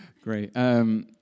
Great